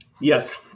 Yes